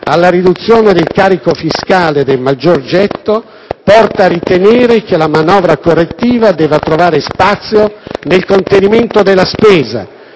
alla riduzione del carico fiscale del maggiore gettito porta a ritenere che la manovra correttiva debba trovare spazio nel contenimento della spesa.